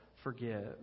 Forgive